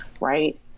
right